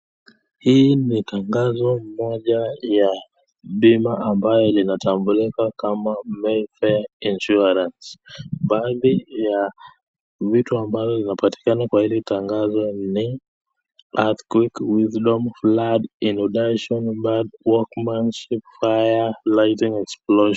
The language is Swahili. Hii ni tangazo Moja ya bima ambayo inatambulika kama Meifare nsurance, Baadhi ya vitu ambavyo inapatikana kwa Ili tangazo ni earthquake wisdom floods workmanship fire and explosion.